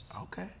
Okay